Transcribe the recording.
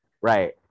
right